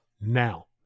now